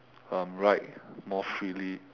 um write more freely